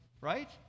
right